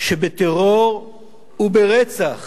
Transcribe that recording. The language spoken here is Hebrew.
שבטרור וברצח